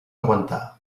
aguantar